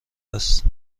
است